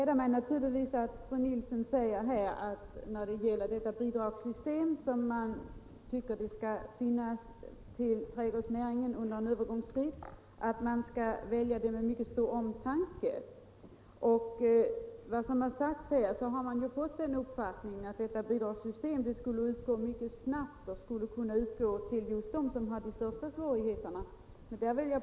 Herr talman! Det gläder mig att höra att det system med bidrag som man nu tycker skall tillämpas för trädgårdsnäringen under en övergångstid skall väljas med mycket stor omtanke. Av vad som här sagts har jag också fått den uppfattningen att bidragen skulle kunna utgå mycket snabbt och just till dem som brottas med de största svårigheterna.